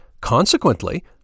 consequently